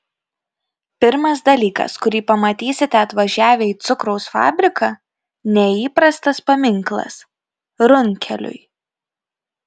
pirmas dalykas kurį pamatysite atvažiavę į cukraus fabriką neįprastas paminklas runkeliui